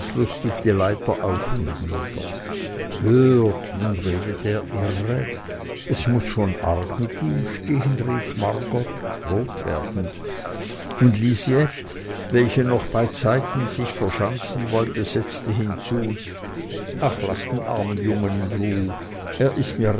die leiter auf und nieder hört nun redet er irre es muß schon arg mit ihm stehen rief margot rot werdend und lisette weiche noch beizeiten sich verschanzen wollte setzte hinzu ach laßt den armen jungen in ruh er ist mir